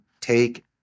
take